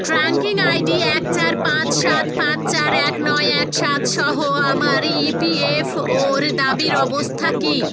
tracking ID এক চার পাঁচ সাত পাঁচ চার এক নয় এক সাত সহ আমার ইপিএফওর দাবির অবস্থা কী